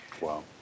Wow